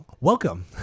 Welcome